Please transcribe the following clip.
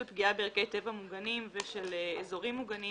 פגיעה בערכי טבע מוגנים ושל אזורים מוגנים,